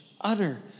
utter